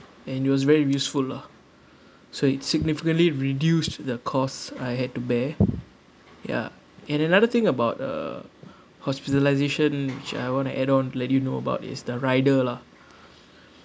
and it was very useful lah so it significantly reduced the cost I had to bear ya and another thing about uh hospitalisation which I want to add on let you know about is the rider lah